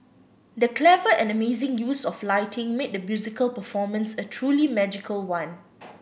the clever and amazing use of lighting made the musical performance a truly magical one